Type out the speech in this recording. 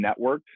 networked